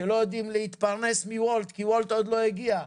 שלא יודעים להתפרנס מוולט כי וולט עוד לא הגיע.